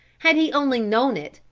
had he only known it,